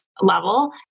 Level